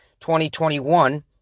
2021